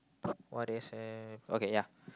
what they say okay ya